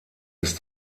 ist